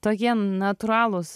tokie natūralūs